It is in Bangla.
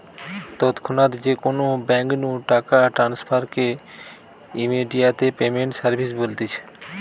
তৎক্ষণাৎ যে কোনো বেঙ্ক নু টাকা ট্রান্সফার কে ইমেডিয়াতে পেমেন্ট সার্ভিস বলতিছে